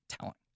talent